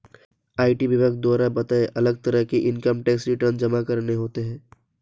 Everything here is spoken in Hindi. आई.टी विभाग द्वारा बताए, अलग तरह के इन्कम टैक्स रिटर्न जमा करने होते है